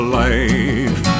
life